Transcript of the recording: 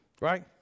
right